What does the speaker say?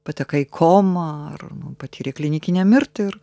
patekai į komą ar nu patyrei klinikinę mirtį